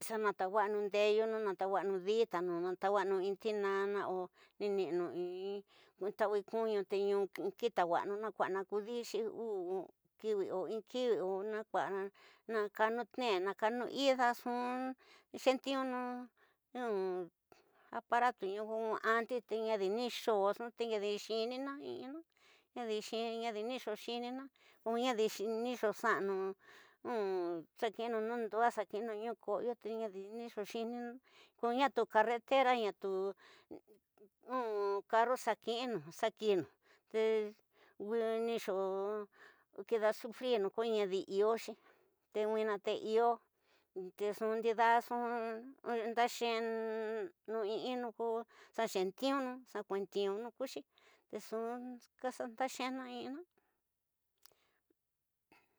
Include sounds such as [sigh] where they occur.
Xa natawa'anu ndeyu nu xana tawaxana ofana, natawaxana un nena o nin nun intaxa kini te ñu kikawaxani ña kua na kan dixin un kiwo, oini kini o ña kua na kani tine, ña kani ño nxu xetiunu un [hesitation] aparato, ant ñadi ni xoo nxu [hesitation] ñadi xiñina in ina ñadi ni xoo kini xo ndadi nxu xoxane ni xa kini nu yunde, xa kini ñu [hesitation] kosoyo te ñadi nxoo xiñina keniña te keneteña ña ñu ñu kana xa kiñinu. Xa kiñinu ni xoo kida sufreni kosadi, iyo nxu nuina te iyo que nxenexa ñu ña nxeneñu ñin ñu xa xetiunu xa kuetenu kuxi te nxu ndaxena inina. [noise]